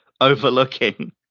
overlooking